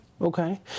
okay